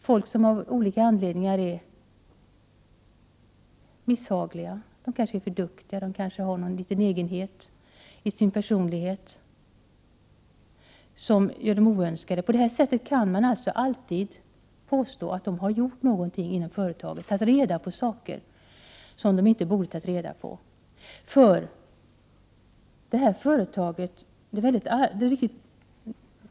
Folk kan av olika anledningar anses misshagliga, de är kanske för duktiga eller kanske har de någon liten egenhet i sin personlighet som gör dem oönskade. På detta sätt kan man alltid påstå att de har gjort någonting inom företaget, tagit reda på saker som de inte borde ha tagit reda på.